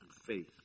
faith